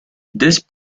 this